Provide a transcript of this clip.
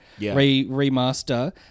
remaster